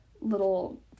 little